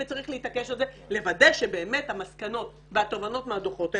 וצריך להתעקש על זה לוודא שהמסקנות מהדוחות מיושמות.